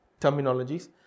terminologies